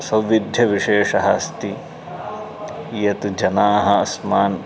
सौविध्यविशेषः अस्ति यत् जनाः अस्मान्